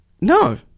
No